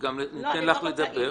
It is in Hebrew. ניתן לך לדבר.